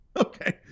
Okay